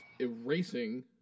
erasing